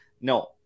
No